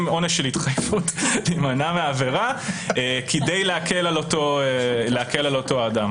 עונש של התחייבות להימנע מהעבירה כדי להקל על אותו אדם.